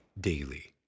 daily